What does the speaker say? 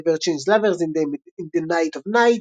Change Lovers in the Night of Night"